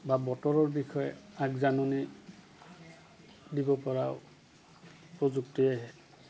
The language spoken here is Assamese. বা বতৰৰ বিষয়ে আগজাননী দিব পৰাও প্ৰযুক্তিয়ে আহে